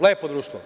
Lepo društvo.